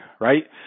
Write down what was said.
Right